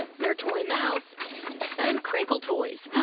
their toy mouse and crinkle toys.